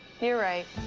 you're right.